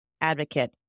advocate